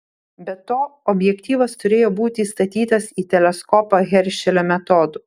be to objektyvas turėjo būti įstatytas į teleskopą heršelio metodu